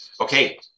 okay